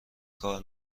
کار